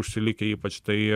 užsilikę ypač tai